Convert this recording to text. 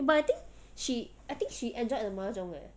but I think she I think she enjoyed the mahjong eh